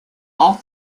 all